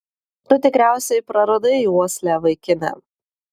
tu tikriausiai praradai uoslę vaikine